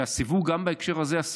גם בהקשר הזה,